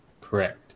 Correct